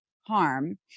harm